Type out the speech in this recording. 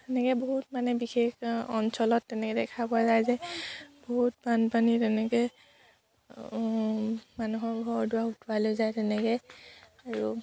তেনেকৈ বহুত মানে বিশেষ অঞ্চলত তেনেকৈ দেখা পোৱা যায় যে বহুত বানপানী তেনেকৈ মানুহৰ ঘৰ দুৱাৰ উটোৱাই লৈ যায় তেনেকৈ আৰু